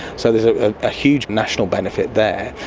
so there's a ah huge national benefit there.